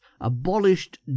abolished